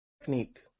technique